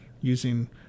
using